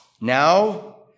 Now